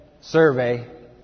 survey